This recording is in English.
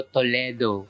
Toledo